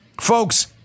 folks